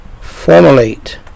formulate